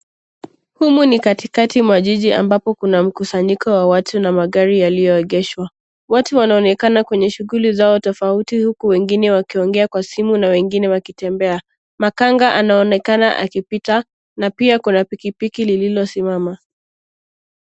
Humu ni katikati mwa jiji ambapo kuna mkusanyiko wa watu wa magari yaliyoegeshwa. Watu wanaonekana kwenye shughuli zao tofauti uku wengine wakiongea kwa simu na wengine wakitembea. Makanga anaonekana akipita na pia kuna pikipiki lililosimama.